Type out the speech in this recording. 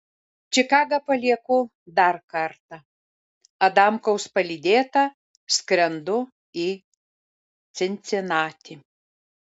čikagą palieku dar kartą adamkaus palydėta skrendu į cincinatį